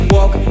Walk